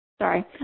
sorry